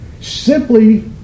simply